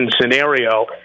scenario –